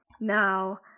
Now